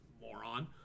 moron